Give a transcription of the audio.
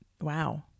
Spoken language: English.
Wow